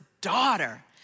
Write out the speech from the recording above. daughter